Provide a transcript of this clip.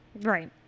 Right